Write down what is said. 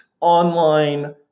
online